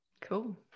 cool